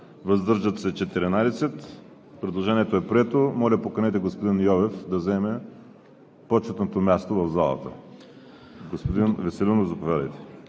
въздържали се 14. Предложението е прието. Моля, поканете господин Йовев да заеме почетното място в залата. Господин Веселинов, заповядайте.